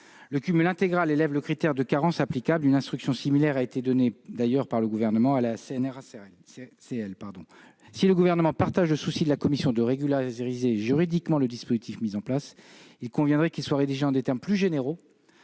le cumul intégral et lève le critère de carence applicable. Une instruction similaire a été donnée à la CNRACL par le Gouvernement. Si le Gouvernement partage le souci de la commission de régulariser juridiquement le dispositif mis en place, il conviendrait qu'il soit rédigé en termes plus généraux